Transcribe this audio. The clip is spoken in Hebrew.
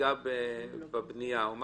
חריגה בבנייה או משהו,